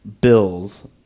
Bills